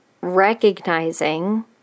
recognizing